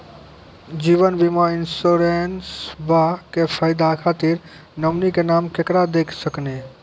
जीवन बीमा इंश्योरेंसबा के फायदा खातिर नोमिनी के नाम केकरा दे सकिनी?